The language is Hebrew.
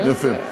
יפה.